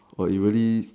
!wah! you really